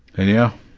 and yeah,